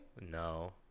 No